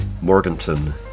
Morganton